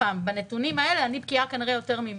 בנתונים האלה אני בקיאה כנראה יותר ממך.